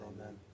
Amen